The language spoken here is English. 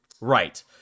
Right